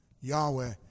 Yahweh